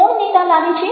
કોણ નેતા લાગે છે